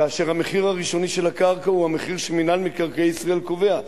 כאשר המחיר הראשוני של הקרקע הוא המחיר שמינהל מקרקעי ישראל קובע.